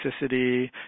toxicity